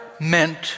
meant